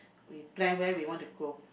we plan where we want to go